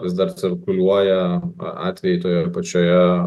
vis dar cirkuliuoja atvejai toje pačioje